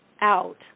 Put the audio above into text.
out